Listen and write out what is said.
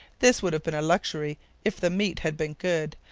this would have been luxury if the meat had been good,